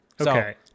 Okay